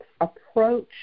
approach